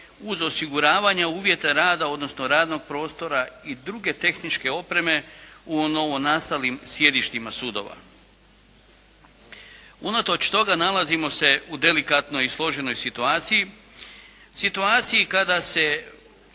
uz osiguravanje uvjeta rada, odnosno radnog prostora i druge tehničke opreme u novonastalim sjedištima sudova. Unatoč toga, nalazimo se u delikatnoj i složenoj situaciji, situaciji kada se